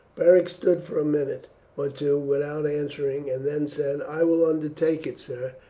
beric stood for a minute or two without answering, and then said, i will undertake it, sir,